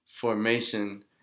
Formation